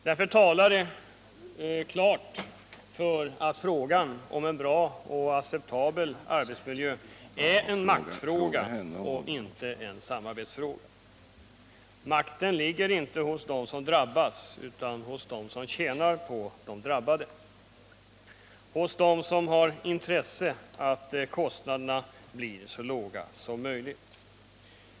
Detta talar klart för att frågan om en bra och acceptabel arbetsmiljö är en maktfråga och inte en samarbetsfråga. Makten ligger inte hos dem som drabbas utan hos dem som tjänar på de drabbade, hos dem som har intresse av att kostnaderna blir så låga som möjligt.